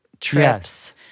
trips